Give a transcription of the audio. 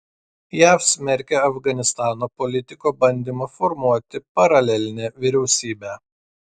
jav smerkia afganistano politiko bandymą formuoti paralelinę vyriausybę